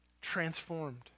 transformed